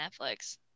netflix